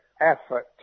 effort